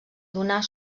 donar